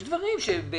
יש דברים שבאמת,